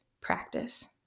practice